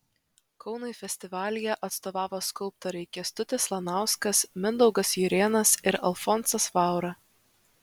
kaunui festivalyje atstovavo skulptoriai kęstutis lanauskas mindaugas jurėnas ir alfonsas vaura